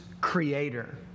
creator